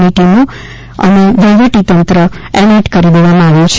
ની ટીમોની સાથે વહીવટી તંત્રને પણ એલર્ટ કરી દેવામાં આવ્યું છે